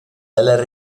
dalla